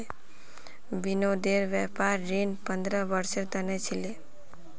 विनोदेर व्यापार ऋण पंद्रह वर्षेर त न छिले